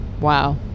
Wow